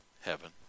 heaven